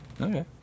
Okay